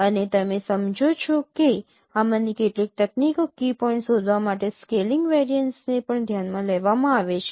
અને તમે સમજો છો કે આમાંની કેટલીક તકનીકો કી પોઇન્ટ્સ શોધવા માટે સ્કેલિંગ વેરિયન્સને પણ ધ્યાનમાં લેવામાં આવે છે